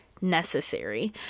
necessary